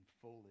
fully